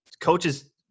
coaches